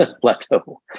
plateau